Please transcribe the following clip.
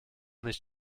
nicht